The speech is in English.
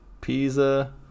Pisa